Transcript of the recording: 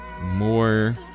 more